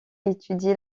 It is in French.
étudié